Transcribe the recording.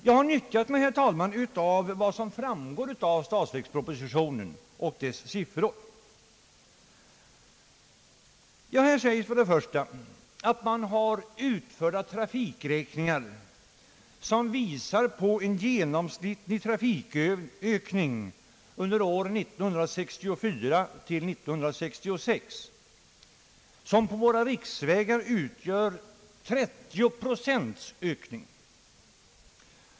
Jag har begagnat mig, herr talman, av de siffror som statsverkspropositionen innehåller. Där sägs att utförda trafikräkningar visar på en genomsnittlig trafikökning under åren 1964—1966 som för våra riksvägar utgör 30 procent.